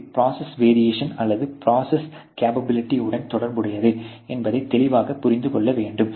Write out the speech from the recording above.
இது process variation அல்லது process capability உடன் தொடர்புடையது என்பதை தெளிவாக புரிந்து கொள்ள வேண்டும்